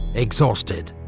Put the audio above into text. exhausted,